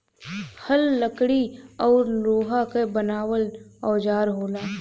हल लकड़ी औरु लोहा क बनावल औजार होला